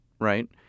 right